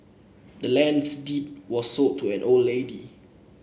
the land's deed was sold to the old lady